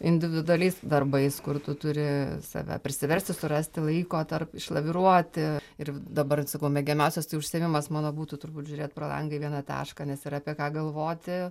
individualiais darbais kur tu turi save prisiversti surasti laiko tarp išlaviruoti ir dabar sakau mėgiamiausias tai užsiėmimas mano būtų turbūt žiūrėt pro langą į vieną tašką nes yra apie ką galvoti